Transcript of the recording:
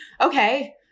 okay